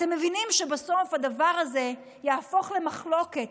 אתם מבינים שבסוף הדבר הזה יהפוך למחלוקת.